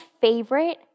favorite